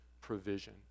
provision